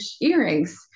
earrings